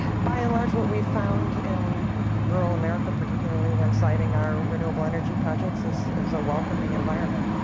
by in large what we've found in rural america, particularly when siting our renewable energy projects, is is a welcoming environment.